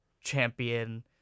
champion